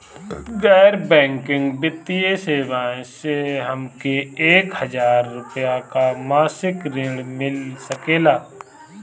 गैर बैंकिंग वित्तीय सेवाएं से हमके एक हज़ार रुपया क मासिक ऋण मिल सकेला?